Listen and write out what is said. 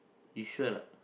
you sure or not